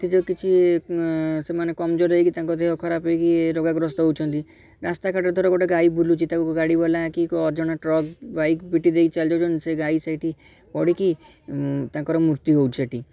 ସେଥିଯୋଗୁଁ କିଛି ସେମାନେ କମଜୋର୍ ହେଇକି ତାଙ୍କ ଦେହ ଖରାପ୍ ହେଇକି ରୋଗାଗ୍ରସ୍ତ ହେଉଛନ୍ତି ରାସ୍ତାକଡ଼ରେ ଧର ଗୋଟେ ଗାଈ ବୁଲୁଛି ତାକୁ ଗାଡ଼ିବାଲା କି କେଉଁ ଅଜଣା ଟ୍ରକ୍ ବାଇକ୍ ପିଟି ଦେଇ ଚାଲି ଯାଉଛନ୍ତି ସେ ଗାଈ ସେଇଠି ପଡ଼ିକି ତାଙ୍କର ମୃତ୍ୟୁ ହେଉଛି ସେଠି